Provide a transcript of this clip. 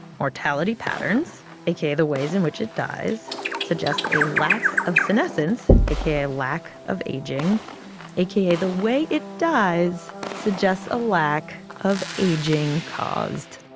mortality patterns aka the ways in which it dies suggests a lack of senescence aka a lack of aging aka the way it dies suggests a lack of aging-caused